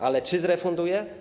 Ale czy zrefunduje?